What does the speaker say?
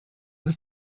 ist